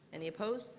any opposed?